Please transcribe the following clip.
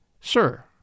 Sir